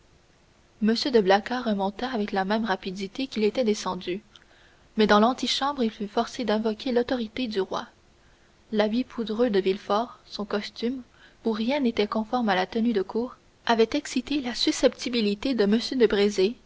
m de blacas remonta avec la même rapidité qu'il était descendu mais dans l'antichambre il fut forcé d'invoquer l'autorité du roi l'habit poudreux de villefort son costume où rien n'était conforme à la tenue de cour avait excité la susceptibilité de m de brézé